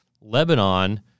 Lebanon